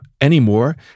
anymore